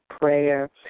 prayer